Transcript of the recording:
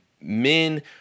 men